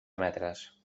metres